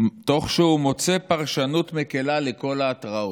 תוך שהוא מוצא פרשנות מקילה לכל ההתרעות.